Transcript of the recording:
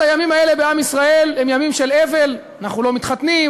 הימים האלה בעם ישראל הם ימים של אבל: אנחנו לא מתחתנים,